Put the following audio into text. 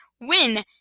win